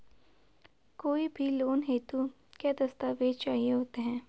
कोई भी लोन हेतु क्या दस्तावेज़ चाहिए होते हैं?